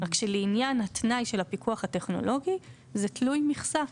רק שלעניין התנאי של הפיקוח הטכנולוגי זה תלוי מכסה.